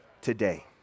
today